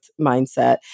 mindset